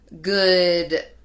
good